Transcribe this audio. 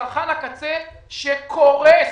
לצרכן הקצה שקורס.